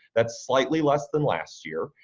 that's slightly less than last year,